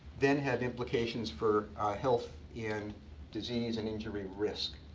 then had implications for health, and disease, and injury risk.